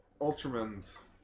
Ultraman's